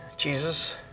Jesus